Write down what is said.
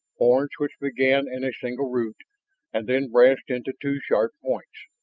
horns which began in a single root and then branched into two sharp points.